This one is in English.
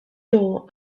door